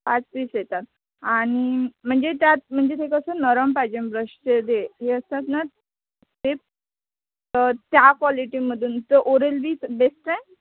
पाच पीस येतात आणि म्हणजे त्यात म्हणजे ते कसं नरम पाहिजे ब्रशचे ते हे असतात ना स्टेप तर त्या कॉलिटीमधून तर ओरेल बीच बेस्ट आहे